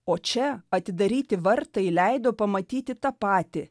o čia atidaryti vartai leido pamatyti tą patį